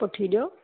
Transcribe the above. पुठी ॾियो